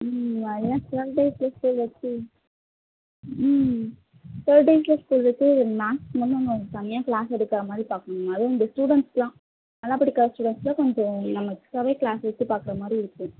ம் அதான் சாட்டர்டேஸில் ஸ்கூல் வைச்சி ம் சாட்டர்டேஸில் ஸ்கூல் வைச்சி மேக்சிமம் நம்ம தனியாக க்ளாஸ் எடுக்கிறா மாதிரி பார்க்கணும் மேம் அதுவும் இந்த ஸ்டூடண்ட்ஸுக்கெல்லாம் நல்லா படிக்காத ஸ்டூடண்ட்ஸுக்கெல்லாம் கொஞ்சம் நம்ம எக்ஸ்ட்ராவே க்ளாஸ் எடுத்து பார்க்குற மாதிரி இருக்கும்